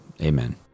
Amen